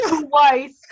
twice